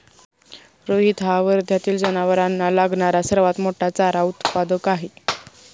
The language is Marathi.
रोहित हा वर्ध्यातील जनावरांना लागणारा सर्वात मोठा चारा उत्पादक आहे